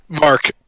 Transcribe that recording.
Mark